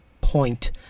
point